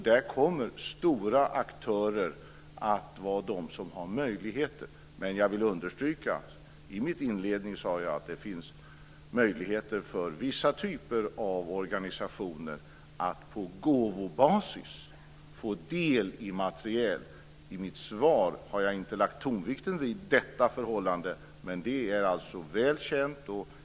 Där kommer de stora aktörererna att ha möjligheterna. Jag vill understryka att jag i min inledning sade att det finns möjligheter för vissa typer av organisationer att på gåvobasis få del i materiel. Jag har inte lagt tonvikten vid detta förhållande i mitt svar, men det är väl känt.